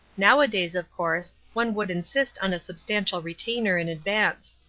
nowadays, of course, one would insist on a substantial retainer in advance.